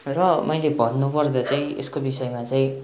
र मैले भन्नु पर्दा चाहिँ यसको विषयमा चाहिँ